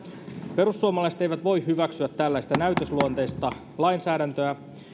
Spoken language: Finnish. perussuomalaiset eivät voi hyväksyä tällaista näytösluonteista lainsäädäntöä